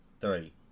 three